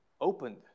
opened